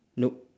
nope